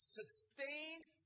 sustained